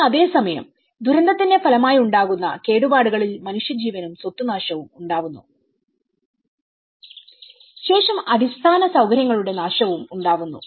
എന്നാൽ അതേസമയം ദുരന്തത്തിന്റെ ഫലമായുണ്ടാകുന്ന കേടുപാടുകളിൽ മനുഷ്യജീവനും സ്വത്തു നാശവും ഉണ്ടാവുന്നു ഒപ്പം അടിസ്ഥാന സൌകര്യങ്ങളുടെ നാശവും ഉണ്ടാവുന്നു